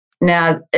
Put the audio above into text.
Now